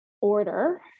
order